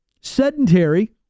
Sedentary